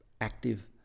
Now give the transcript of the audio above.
active